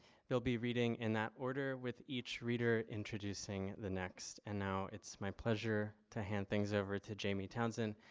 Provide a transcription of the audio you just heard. they'll be reading in that order with each reader introducing the next and now it's my pleasure to hand things over to jamie townsend,